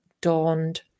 dawned